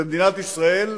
במדינת ישראל,